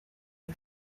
new